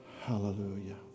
Hallelujah